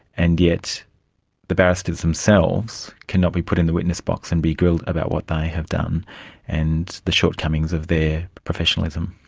and yet the barristers themselves cannot be put in the witness box and be grilled about what they have done and the shortcomings of their professionalism.